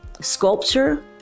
sculpture